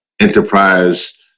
enterprise